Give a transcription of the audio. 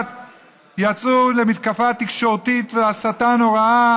יצאו למתקפה תקשורתית והסתה נוראה,